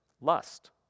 lust